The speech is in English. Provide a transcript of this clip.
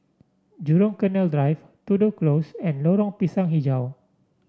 Jurong Canal Drive Tudor Close and Lorong Pisang hijau